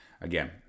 Again